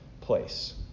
place